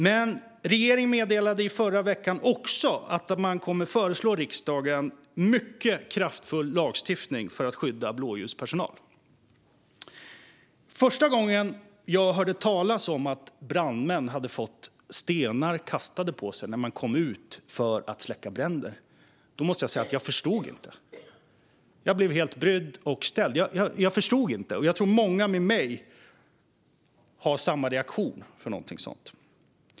I förra veckan meddelade regeringen också att den kommer att föreslå riksdagen mycket kraftfull lagstiftning för att skydda blåljuspersonal. Jag måste säga att första gången jag hörde talas om att brandmän hade fått stenar kastade på sig när de kommit för att släcka bränder förstod jag inte, utan jag blev helt brydd och ställd. Jag tror att många med mig har samma reaktion inför något sådant.